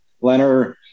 Leonard